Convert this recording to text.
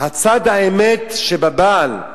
צד האמת שבבעל,